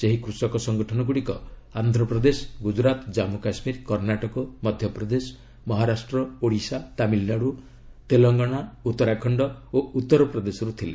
ସେହି କୃଷକ ସଙ୍ଗଠନ ଗୁଡ଼ିକ ଆନ୍ଧ୍ରପ୍ରଦେଶ ଗୁଜରାତ୍ ଜାନ୍ମୁ କାଶ୍ମୀର କର୍ଷ୍ଣାଟକ ମଧ୍ୟପ୍ରଦେଶ ମହାରାଷ୍ଟ୍ର ଓଡ଼ିଶା ତାମିଲ୍ନାଡୁ ତେଲଙ୍ଗାନା ଉତ୍ତରାଖଣ୍ଡ ଓ ଉତ୍ତର ପ୍ରଦେଶରୁ ଥିଲେ